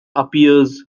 appears